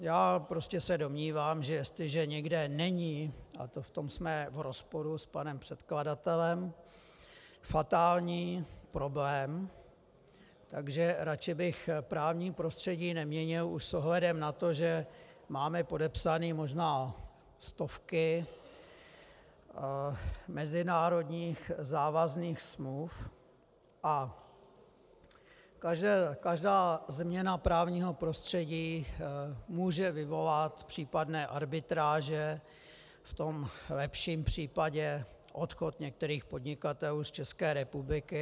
Já se prostě domnívám, že jestliže někde není, a v tom jsme v rozporu s panem předkladatelem, fatální problém, že radši bych právní prostředí neměnil už s ohledem na to, že máme podepsány možná stovky mezinárodních závazných smluv a každá změna právního prostředí může vyvolat případné arbitráže, v tom lepším případě, odchod některých podnikatelů z České republiky.